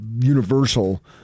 universal